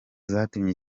zatumye